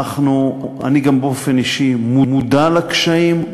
אני גם באופן אישי מודע לקשיים,